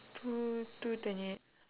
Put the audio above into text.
two two twenty eight